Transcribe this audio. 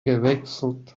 gewechselt